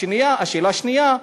השאלה השנייה: